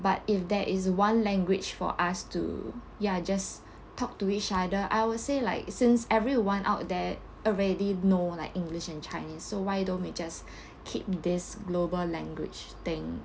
but if there is one language for us to ya just talk to each other I would say like since everyone out there already know like english and chinese so why don't we just keep this global language thing